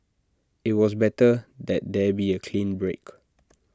IT was better that there be A clean break